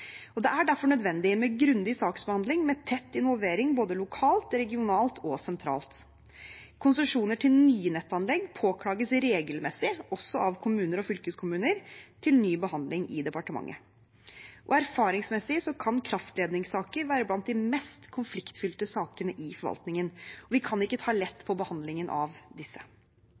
og det er derfor nødvendig med grundig saksbehandling med tett involvering, både lokalt, regionalt og sentralt. Konsesjoner til nye nettanlegg påklages regelmessig, også av kommuner og fylkeskommuner, til ny behandling i departementet. Erfaringsmessig kan kraftledningssaker være blant de mest konfliktfylte sakene i forvaltningen, og vi kan ikke ta lett på behandlingen av disse.